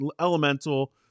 Elemental